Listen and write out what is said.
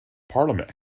parliament